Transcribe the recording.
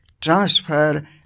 transfer